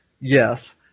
yes